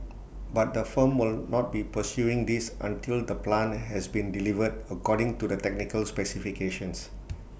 but the firm will not be pursuing this until the plant has been delivered according to the technical specifications